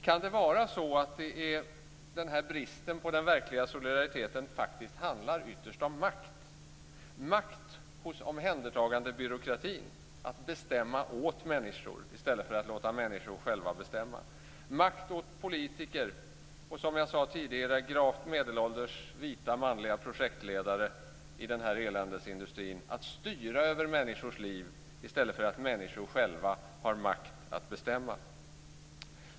Kan det vara så att den här bristen på verklig solidaritet ytterst faktiskt handlar om makt - om makt hos omhändertagandebyråkratin att bestämma åt människor i stället för att låta människor själva bestämma, om makt hos politiker och, som jag tidigare sagt, gravt medelålders vita manliga projektledare i den här eländesindustrin att styra över människors liv, i stället för att människor själva har makt att bestämma?